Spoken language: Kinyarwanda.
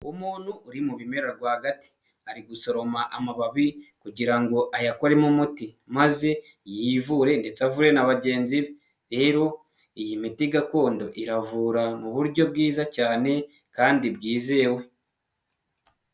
Umuntu uri mu bimera rwagati ari gusoroma amababi kugira ngo ayakoremo umuti maze yivure ndetse avure na bagenzi be. Rero iyi miti gakondo iravura mu buryo bwiza cyane kandi bwizewe.